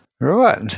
Right